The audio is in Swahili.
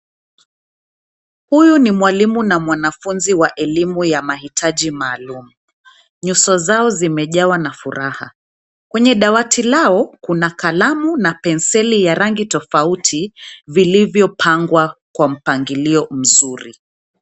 Huyu ni mwalimu na mwanafunzi wa elimu ya mahitaji maalum. Nyuso zao zimejawa na furaha. Kwenye dawati lao, kuna kalamu na penseli ya rangi tofauti, vilivyopangwa kwa mpangilio mzuri.